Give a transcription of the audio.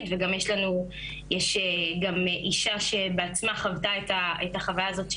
וגם יש גם אישה שבעצמה חוותה את החוויה הזאת,